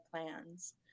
plans